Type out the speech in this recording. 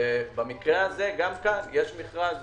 במקרה הזה גם כאן יש מכרז.